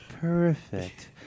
perfect